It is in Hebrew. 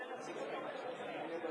לפחות תן להציג אותו מחדש.